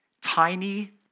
tiny